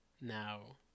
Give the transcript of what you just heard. Now